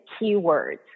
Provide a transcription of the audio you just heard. keywords